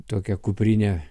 tokią kuprinę